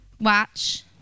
watch